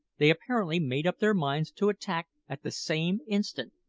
they apparently made up their minds to attack at the same instant,